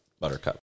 buttercup